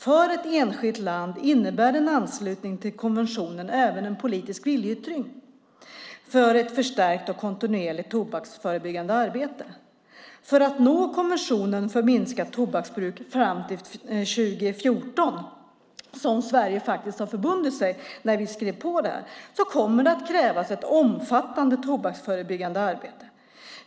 För ett enskilt land innebär en anslutning till konventionen även en politisk viljeyttring för ett förstärkt och kontinuerligt tobaksförebyggande arbete. För att nå konventionens mål för minskat tobaksbruk fram till 2014, som Sverige faktiskt har förbundit sig att göra genom att skriva på, kommer det att krävas ett omfattande tobaksförebyggande arbete.